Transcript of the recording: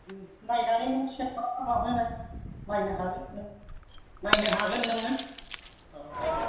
नायनानै नों चेक खालामना लांफैनाय नायनो हागोन नों नायनो हागोन नोङो औ